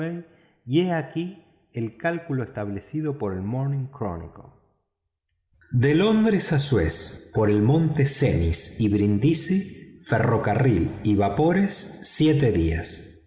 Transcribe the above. he aquí el cálculo establecido por el morning chronicle de londres a suez por el monte cenis y brindisi ferrocarril y vapores de